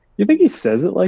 you think he says it like